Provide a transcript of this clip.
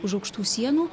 už aukštų sienų